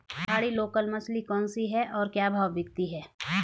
पहाड़ी लोकल मछली कौन सी है और क्या भाव बिकती है?